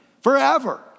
Forever